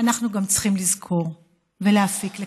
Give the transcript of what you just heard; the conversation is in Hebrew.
אנחנו גם צריכים לזכור ולהפיק לקחים,